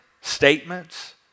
statements